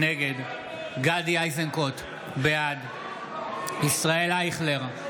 נגד גדי איזנקוט, בעד ישראל אייכלר,